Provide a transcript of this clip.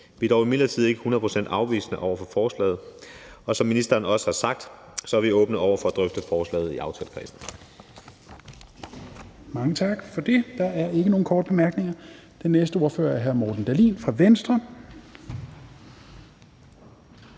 Vi er imidlertid ikke hundrede procent afvisende over for forslaget, og som ministeren også har sagt, er vi åbne over for at drøfte forslaget i aftalekredsen.